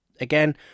again